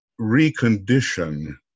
recondition